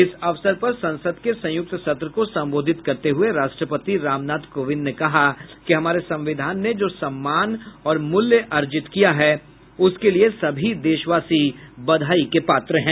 इस अवसर पर संसद के संयुक्त सत्र को संबोधित करते हुए राष्ट्रपति रामनाथ कोविंद ने कहा कि हमारे संविधान ने जो सम्मान और मूल्य अर्जित किया है उसके लिए सभी देशवासी बधाई के पात्र हैं